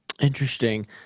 Interesting